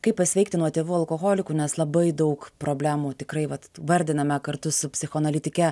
kaip pasveikti nuo tėvų alkoholikų nes labai daug problemų tikrai vat vardiname kartu su psichoanalitike